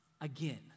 again